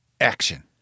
action